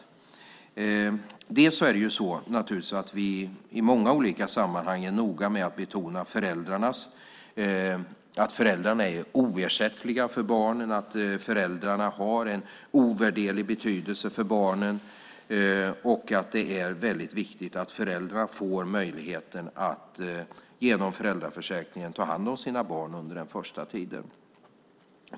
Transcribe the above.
För det första är det naturligtvis så att vi i många olika sammanhang är noga med att betona att föräldrarna är oersättliga för barnen, att föräldrarna har en ovärderlig betydelse för barnen och att det är väldigt viktigt att föräldrar får möjligheten att genom föräldraförsäkringen ta hand om sina barn under den första tiden.